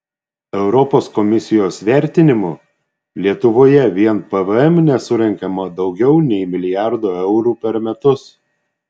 europos komisijos vertinimu lietuvoje vien pvm nesurenkama daugiau nei milijardo eurų per metus